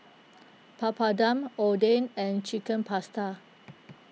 Papadum Oden and Chicken Pasta